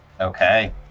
Okay